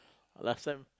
last time